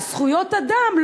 על זכויות אדם,